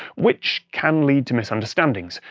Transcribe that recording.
which can lead to misunderstandings.